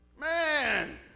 Man